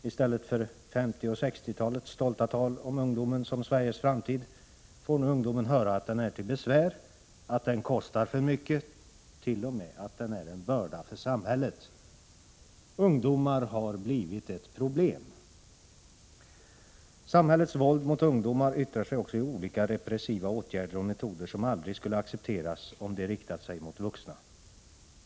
I stället för 1950 och 1960-talens stolta tal om ungdomen som Sveriges framtid, får nu ungdomen höra att den är till besvär, att den kostar för mycket, t.o.m. att den är en börda för samhället. Ungdomar har blivit ett problem. Samhällets våld mot ungdomar yttrar sig också i olika repressiva åtgärder och metoder som aldrig skulle ha accepteras om de riktat sig mot vuxna.